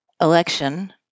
election